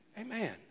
amen